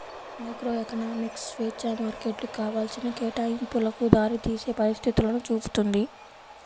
microeconomics స్వేచ్ఛా మార్కెట్లు కావాల్సిన కేటాయింపులకు దారితీసే పరిస్థితులను చూపుతుంది